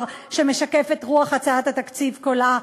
זה צעד מכוער שמשקף את רוח הצעת התקציב כולה,